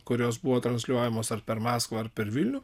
kurios buvo transliuojamos ar per maskvą ar per vilnių